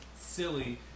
silly